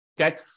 Okay